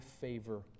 favor